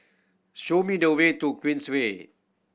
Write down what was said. show me the way to Queensway